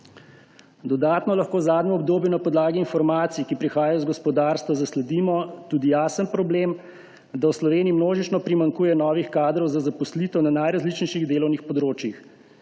Dodatno lahko v zadnjem obdobju na podlagi informacij, ki prihajajo iz gospodarstva, zasledimo tudi jasen problem, da v Sloveniji množično primanjkuje novih kadrov za zaposlitev na najrazličnejših delovnih področjih.